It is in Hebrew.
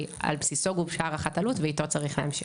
שעל בסיסו גובשה הערכת עלות ואיתו צריך להמשיך.